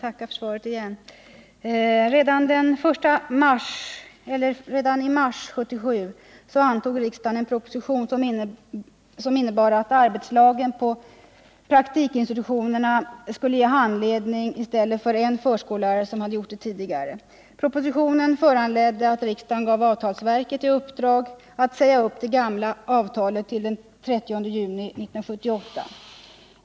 Herr talman! Jag får tacka även för detta svar. Redan i mars 1977 antog riksdagen en proposition som innebar att arbetslagen på praktikinstitutionerna skulle ge handledning i stället för som tidigare en förskollärare. Propositionen föranledde att riksdagen gav avtalsverket i uppdrag att säga upp det gamla avtalet till den 30 juni 1978.